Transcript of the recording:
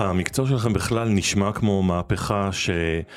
המקצוע שלכם בכלל נשמע כמו מהפכה ש...